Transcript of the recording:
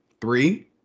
three